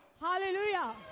Hallelujah